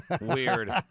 Weird